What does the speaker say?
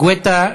גואטה,